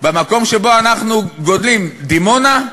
במקום שבו אנחנו גדלים, דימונה,